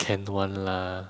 can one lah